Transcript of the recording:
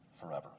forever